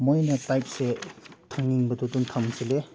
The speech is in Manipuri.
ꯃꯣꯏꯅ ꯇꯥꯏꯞꯁꯦ ꯊꯝꯅꯤꯡꯕꯗꯨ ꯑꯗꯨꯝ ꯊꯝꯖꯤꯜꯂꯦ